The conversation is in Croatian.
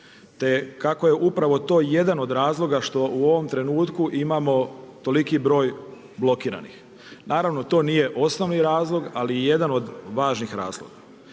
te kako je upravo to jedan od razloga što u ovom trenutku imamo toliki broj blokiranih. Naravno, to nije osnovni razlog ali je jedan od važnih razloga.